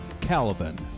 calvin